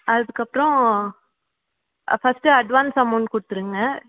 அதுக்கப்புறம் first advance amount கொடுத்துருங்க